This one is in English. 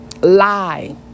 Lie